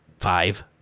Five